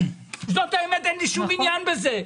זאת האמת ואין לי שום עניין בזה.